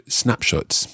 snapshots